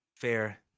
fair